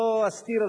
לא אסתיר,